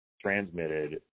transmitted